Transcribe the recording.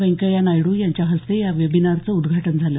वेंकय्या नायडू यांच्या हस्ते या वेबिनारचं उद्घाटन झालं